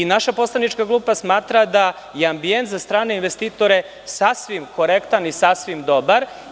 Naša poslanička grupa smatra da je ambijent za strane investitore sasvim korektan i sasvim dobar.